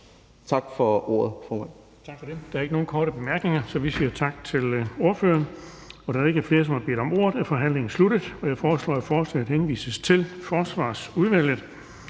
Tak for ordet, formand.